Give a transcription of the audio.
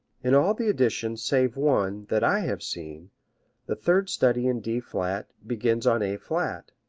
in all the editions save one that i have seen the third study in d flat begins on a flat,